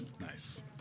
Nice